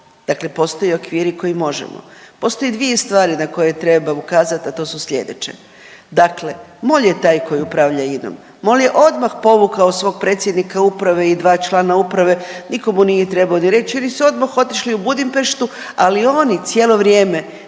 Dakle, postoje okviri koji možemo. Postoje dvije stvari na koje treba ukazati, a to su slijedeće. Dakle, MOL je taj koji upravlja INOM, MOL je odmah povukao svog predsjednika uprave i dva člana uprave, nitko mu nije trebao ni reći i oni su odmah otišli u Budimpeštu, ali oni cijelo vrijeme